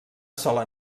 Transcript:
sola